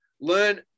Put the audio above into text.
Learn